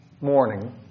morning